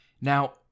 Now